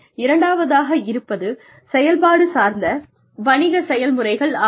இரண்டாவதாக இருப்பது செயல்பாடு சார்ந்த வணிக செயல்முறைகள் ஆகும்